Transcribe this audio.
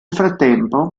frattempo